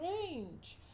strange